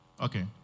Okay